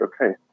okay